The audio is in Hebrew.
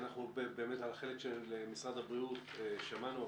אנחנו באמת על החלק של משרד הבריאות שמענו,